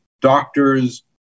doctors